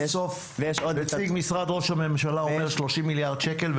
סוף סוף נציג משרד ראש הממשלה אומר 30 מיליארד שקל,